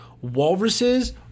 Walruses